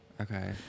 Okay